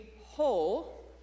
whole